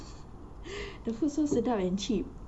the food so sedap and cheap